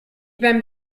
beim